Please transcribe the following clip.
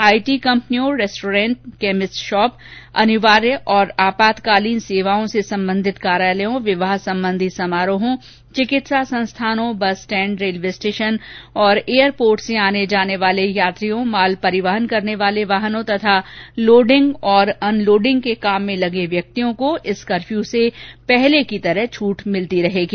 IT कंपनियों restaurant chemist shop अनिवार्य एवं आपातकालीन सेवाओं से संबंधित कार्यालयों विवाह संबंधी समारोहों चिकित्सा संस्थान बस स्टैण्ड रेलये स्टेशन और एयरपोर्ट से आने जाने वाले यात्रियों माल परिवहन कने वाले वाहनों तथा लोडिंग और अनलोडिंग के नियोजित व्यक्तियों को इस कर्फ्यू से पहले की तरह छूट मिलेगी